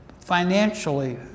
financially